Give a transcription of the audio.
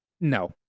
no